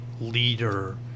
Leader